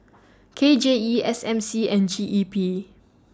K J E S M C and G E P